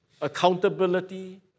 accountability